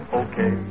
okay